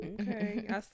okay